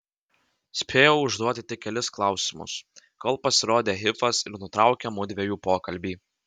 spėjau užduoti tik kelis klausimus kol pasirodė hifas ir nutraukė mudviejų pokalbį